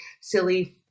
silly